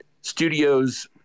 studios